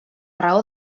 raó